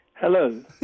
Hello